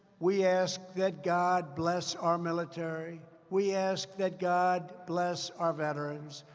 we ask that god bless our military. we ask that god bless our veterans.